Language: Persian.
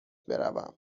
بروم